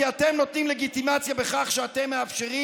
כי אתם נותנים לגיטימציה בכך שאתם מאפשרים